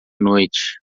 noite